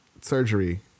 surgery